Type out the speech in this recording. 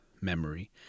memory